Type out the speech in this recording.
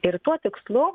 ir tuo tikslu